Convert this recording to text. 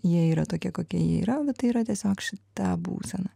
jie yra tokie kokie jie yra va tai yra tiesiog šita būsena